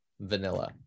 vanilla